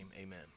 Amen